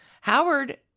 howard